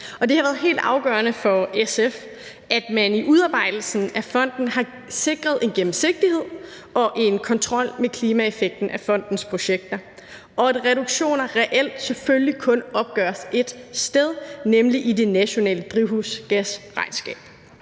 det har været helt afgørende for SF, at man ved udarbejdelsen af fonden har sikret en gennemsigtighed og en kontrol med klimaeffekten af fondens projekter, og at reduktioner reelt selvfølgelig kun opgøres ét sted, nemlig i det nationale drivhusgasregnskab.